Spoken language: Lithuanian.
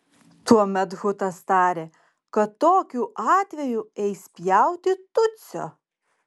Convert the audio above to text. tuomet hutas tarė kad tokiu atveju eis pjauti tutsio